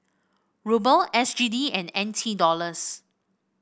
Ruble S G D and N T Dollars